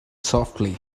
softly